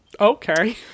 Okay